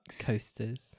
coasters